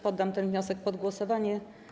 Poddam ten wniosek pod głosowanie.